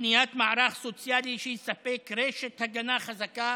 ובבנייה של מערך סוציאלי שיספק רשת הגנה חזקה